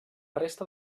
resta